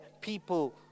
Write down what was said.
people